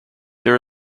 there